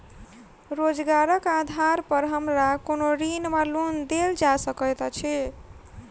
रोजगारक आधार पर हमरा कोनो ऋण वा लोन देल जा सकैत अछि?